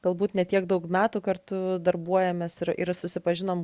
galbūt ne tiek daug metų kartu darbuojamės ir ir susipažinom